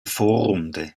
vorrunde